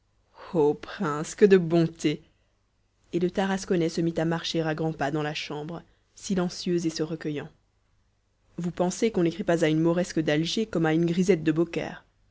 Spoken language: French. prince que de bontés et le tarasconnais se mit à marcher à grands pas dans la chambre silencieux et se recueillant vous pensez qu'on n'écrit pas à une mauresque d'alger comme à une grisette de beaucaire